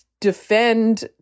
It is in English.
defend